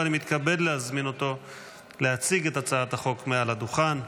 ואני מתכבד להזמין אותו להציג את הצעת החוק מעל הדוכן.